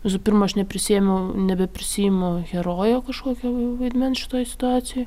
visų pirma aš neprisiėmiau nebeprisiimu herojo kažkokio v vaidmens šitoj situacijoj